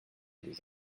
les